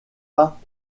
pas